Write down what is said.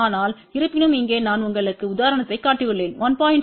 ஆனால் இருப்பினும் இங்கே நான் உங்களுக்கு உதாரணத்தைக் காட்டியுள்ளேன் 1